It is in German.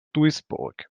duisburg